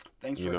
Thanks